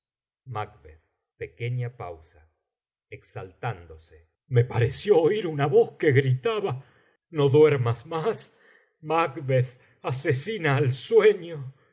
nos volverían locos macb pequeña pausa exahándos me pareció oír una voz que gritaba no duermas más macbeth asesina al sueño